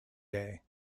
day